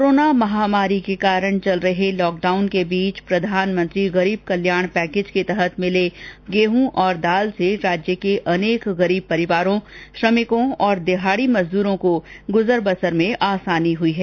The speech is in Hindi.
कोरोना महामारी के कारण चल रहे लॉकडाउन के बीच प्रधानमंत्री गरीब कल्याण पैकेज के तहत मिले गेहूं और दाल से राज्य के अनेक गरीब परिवारों श्रमिकों और दिहाड़ी मजदूरों को गुजर बसर में आसानी हुई है